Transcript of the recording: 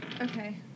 Okay